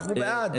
אנחנו בעד.